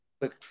quick